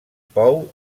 pou